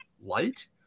light